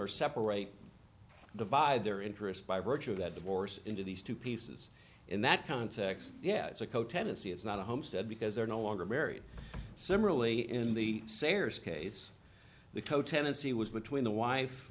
r separate the buy their interest by virtue of that divorce into these two pieces in that context yeah it's a co tennessee it's not a homestead because they're no longer married similarly in the sarah's case the co tenancy was between the wife